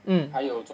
mm